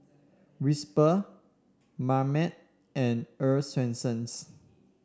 Whisper Marmite and Earl's Swensens